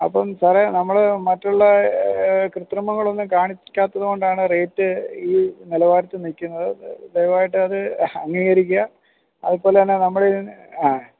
അപ്പം സാറെ നമ്മൾ മറ്റുള്ള കൃതൃമങ്ങൾ ഒന്നും കാണിക്കാത്തത് കൊണ്ട് റെയ്റ്റ് ഈ നിലവാരത്തിൽ നിൽക്കുന്നത് ദയവായിട്ടത് അംഗീകരിക്കുക അതുപോലെ തന്നെ നമ്മളീ ആ